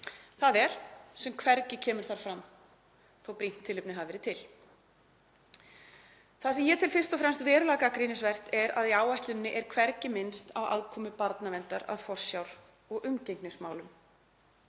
þ.e. sem hvergi kemur þar fram þótt brýnt tilefni hafi verið til. Það sem ég tel fyrst og fremst verulega gagnrýnisvert er að í áætluninni er hvergi minnst á aðkomu barnaverndar að forsjár- og umgengnismálum.